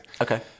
Okay